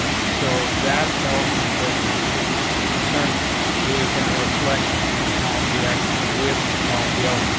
so that tells me that this fifty percent is going to reflect on the actual with off the l.